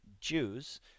Jews